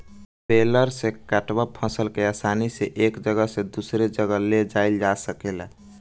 baler से काटल फसल के आसानी से एक जगह से दूसरे जगह ले जाइल जा सकेला